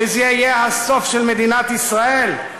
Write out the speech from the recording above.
שזה יהיה הסוף של מדינת ישראל?